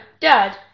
dad